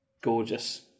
gorgeous